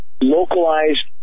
localized